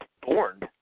born